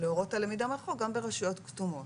להורות על למידה מרחוק גם ברשויות כתומות.